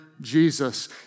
Jesus